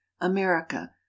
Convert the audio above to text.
america